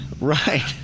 Right